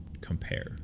compare